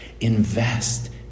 Invest